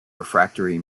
refractory